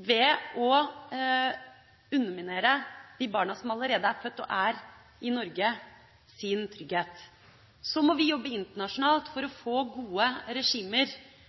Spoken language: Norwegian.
ved å underminere tryggheten til de barna som allerede er født og er i Norge. Så må vi jobbe internasjonalt for å